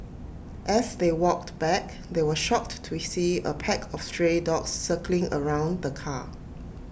as they walked back they were shocked to see A pack of stray dogs circling around the car